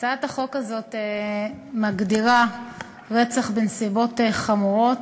הצעת החוק הזאת מגדירה רצח בנסיבות חמורות,